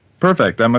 Perfect